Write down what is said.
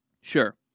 sure